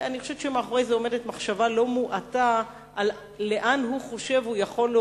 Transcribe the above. אני חושבת שמאחורי זה עומדת מחשבה לא מועטה לאן הוא יכול להוביל